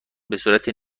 بهصورت